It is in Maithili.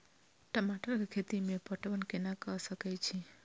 टमाटर कै खैती में पटवन कैना क सके छी?